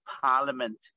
Parliament